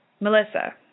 Melissa